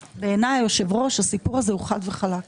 בעיניי היושב-ראש, הסיפור הזה הוא חד וחלק.